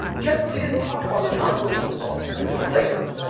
chet really didn't talk about the non-verbal assaults until later.